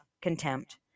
contempt